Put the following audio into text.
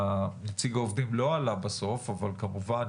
נציג העובדים לא עלה בסוף אבל כמובן